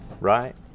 right